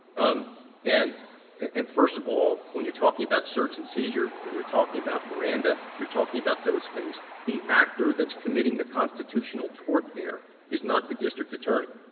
um and and first of all, when you are talking about search and seizure, when you are talking about miranda, when you are talking about those things, the actor that is committing the constitutional tort there is not the district attorney.